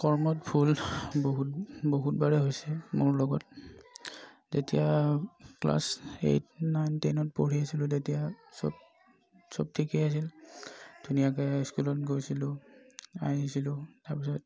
কৰ্মত ভুল বহুত বহুতবাৰেই হৈছে মোৰ লগত তেতিয়া ক্লাছ এইট নাইন টেনত পঢ়ি আছিলোঁ তেতিয়া চব চব ঠিকেই আছিল ধুনীয়াকৈ স্কুলত গৈছিলোঁ আহিছিলোঁ তাৰ পিছত